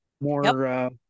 More